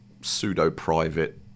pseudo-private